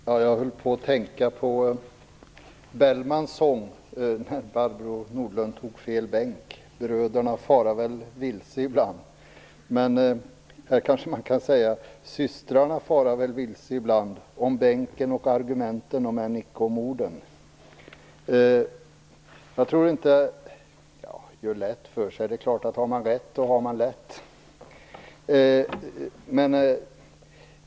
Herr talman! Jag kom att tänka på Bellmans sång Bröderna fara väl vilse ibland, när Barbro Hietala Nordlund stod i fel bänk. Här kanske man kan säga: Systrarna fara väl vilse ibland, om bänken och argumenten om än icke om orden. Jag tror inte att jag gör det lätt för mig.